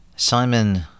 Simon